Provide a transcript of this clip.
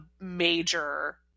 major